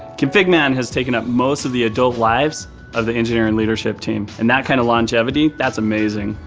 config man has taken up most of the adult lives of the engineering leadership team and that kind of longevity, that's amazing.